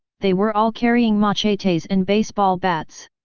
they were all carrying machetes and baseball bats.